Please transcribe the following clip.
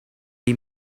the